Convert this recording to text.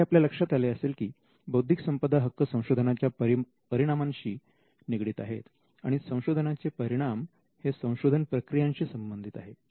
आता हे आपल्या लक्षात आले असेल की बौद्धिक संपदा हक्क संशोधनाच्या परिणामांशी निगडित आहेत आणि संशोधनाचे परिणाम हे संशोधन प्रक्रियांशी संबंधित आहेत